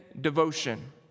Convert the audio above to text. devotion